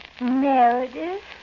Meredith